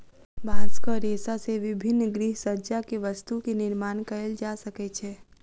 बांसक रेशा से विभिन्न गृहसज्जा के वस्तु के निर्माण कएल जा सकै छै